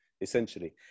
essentially